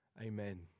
Amen